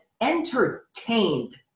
entertained